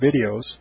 videos